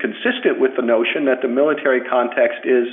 consistent with the notion that the military context is